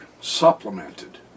supplemented